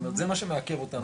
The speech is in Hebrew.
זאת אומרת זה מה שמעכב אותנו,